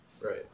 Right